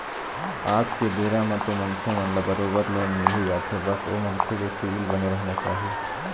आज के बेरा म तो मनखे मन ल बरोबर लोन मिलही जाथे बस ओ मनखे के सिविल बने रहना चाही